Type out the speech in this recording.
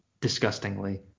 disgustingly